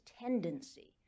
tendency